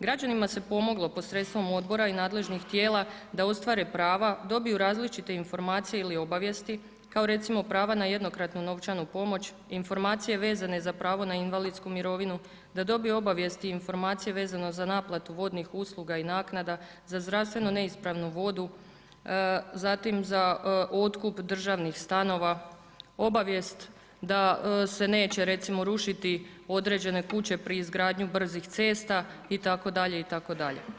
Građanima se pomoglo posredstvom odbora i nadležnih tijela da ostvare prava, dobiju različite informacije ili obavijesti, kao recimo prava na jednokratnu novčanu pomoć, informacije vezane za pravo na invalidsku mirovinu, da dobiju obavijesti i informacije vezano za naplatu vodnih usluga i naknada, za zdravstveno neispravnu vodu, zatim za otkup državnih stanova, obavijest da se neće rušiti određene kuće pri izgradnju brzih cesta itd., itd.